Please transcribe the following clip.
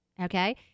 Okay